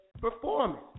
performance